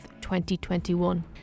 2021